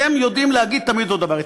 אז הם יודעים להגיד תמיד אותו דבר.